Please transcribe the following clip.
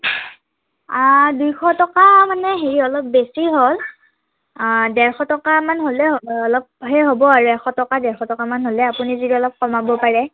দুইশ টকা মানে হেৰি অলপ বেছি হয় ডেৰশ টকামান হ'লে অলপ সেই হ'ব আৰু এশ টকা ডেৰশ টকা মান হ'লে আপুনি যদি অলপ কমাব পাৰে